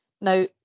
now